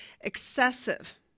excessive